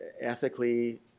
ethically